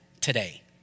today